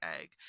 egg